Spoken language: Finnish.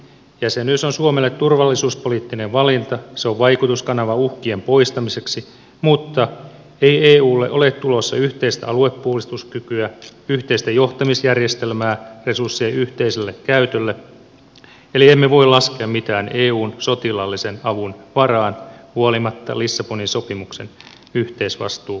jäsenyys on suomelle turvallisuuspoliittinen valinta se on vaikutuskanava uhkien poistamiseksi mutta ei eulle ole tulossa yhteistä aluepuolustuskykyä yhteistä johtamisjärjestelmää resurssien yhteiselle käytölle eli emme voi laskea mitään eun sotilaallisen avun varaan huolimatta lissabonin sopimuksen yhteisvastuulausekkeesta